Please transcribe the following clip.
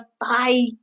bye